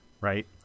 right